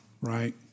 right